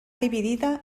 dividida